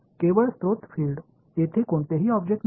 केवळ स्त्रोत फील्ड तेथे कोणतेही ऑब्जेक्ट नाही